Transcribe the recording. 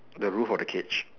the roof of the cage